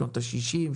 משנות השישים,